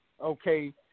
okay